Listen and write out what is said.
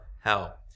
hell